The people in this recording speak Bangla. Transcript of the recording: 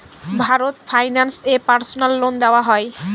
ভারত ফাইন্যান্স এ পার্সোনাল লোন দেওয়া হয়?